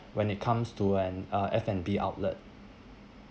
when it comes to an uh F&B outlet